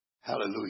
Hallelujah